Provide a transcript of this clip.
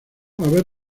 haber